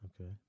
Okay